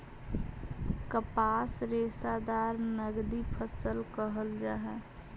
कपास रेशादार नगदी फसल कहल जा हई